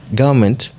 government